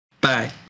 Bye